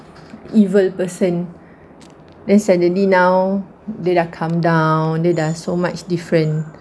evil person then suddenly now dia dah calm down dia dah so much different